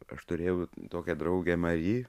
aš turėjau tokią draugę mari